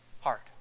heart